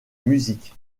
musique